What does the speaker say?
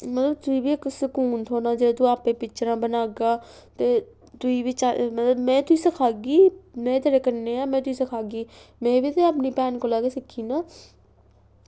ते तुगी बी इक सुकून थ्होना जे तू आपें पिक्चरां बनागा ते में तुगी सखागी में तेरे कन्नै ते में तुगी सखागी में बी अपने ब्याह् कोला सिक्खी ऐ